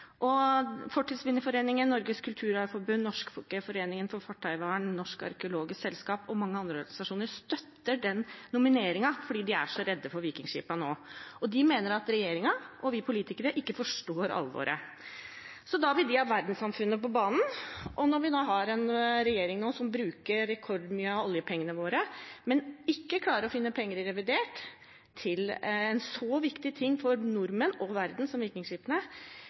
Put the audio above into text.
Norges Kulturarv, Norsk Forening for Fartøyvern, Norsk Arkeologisk Selskap og mange andre organisasjoner støtter den nomineringen fordi de er redde for vikingskipene. De mener at regjeringen og vi politikere ikke forstår alvoret. Derfor vil de ha verdenssamfunnet på banen. Når vi nå har en regjering som bruker rekordmye av oljepengene våre, men ikke klarer å finne penger i revidert nasjonalbudsjett til noe så viktig for nordmenn og